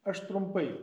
aš trumpai